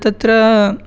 तत्र